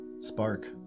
spark